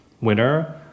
winner